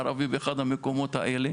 ערבי באחד המקומות האלה